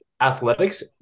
athletics